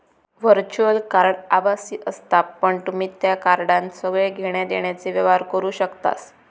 virtual card आभासी असता पण तुम्ही त्या कार्डान सगळे घेण्या देण्याचे व्यवहार करू शकतास